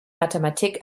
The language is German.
mathematik